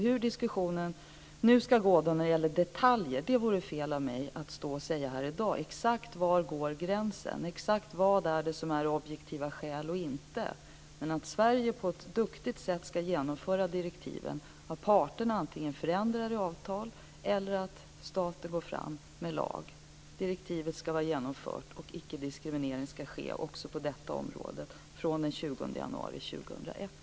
Hur diskussionen nu ska gå vidare om detaljer - exakt var gränsen går och exakt vad som är objektiva skäl och inte - vore fel av mig att stå och tala om här i dag. Men Sverige ska på ett duktigt sätt genomföra direktiven antingen genom förändrade avtal av parterna eller genom att staten går fram med lag. Direktivet ska genomföras, och icke-diskriminering ska ske också på detta område, från den 20 januari 2001.